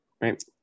right